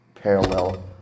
parallel